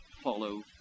follow